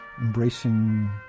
embracing